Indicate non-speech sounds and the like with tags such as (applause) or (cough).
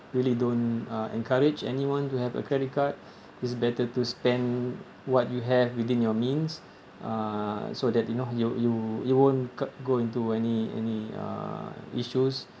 really don't uh encourage anyone to have a credit card (breath) is better to spend what you have within your means uh so that you know you you you won't cu~ go into any any uh issues